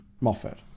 moffat